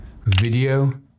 video